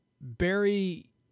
Barry